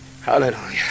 Hallelujah